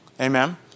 Amen